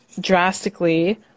drastically